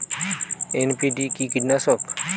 NPV কি কীটনাশক?